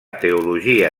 teologia